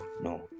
no